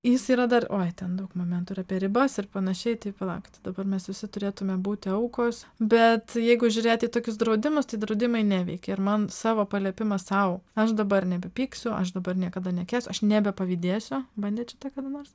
jis yra dar oi ten daug momentų ir apie ribas ir panašiai tai palaukit dabar mes visi turėtume būti aukos bet jeigu žiūrėti į tokius draudimus tai draudimai neveikia ir man savo paliepimą sau aš dabar nebepyksiu aš dabar niekada nekęsiu aš nebepavydėsiu bandėt šitą kada nors